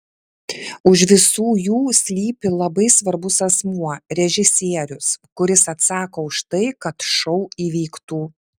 už visų jų slypi labai svarbus asmuo režisierius kuris atsako už tai kad šou įvyktų